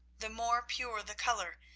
the more pure the colour,